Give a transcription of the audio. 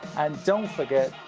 and don't forget,